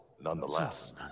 nonetheless